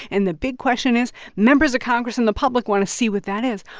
and the big question is members of congress and the public want to see what that is.